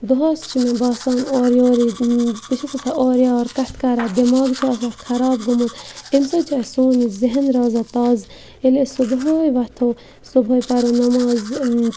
دۄہَس چھِ مےٚ باسان اورٕ یورَے بہٕ چھَس آسان اورٕ یور کَتھٕ کَران دٮ۪ماغ چھُ آسان خراب گوٚمُت امہِ سۭتۍ چھُ اَسہِ سون یہِ ذہن روزان تازٕ ییٚلہِ أسۍ صُبحٲے وَتھو صُبحٲے پَرو نٮ۪ماز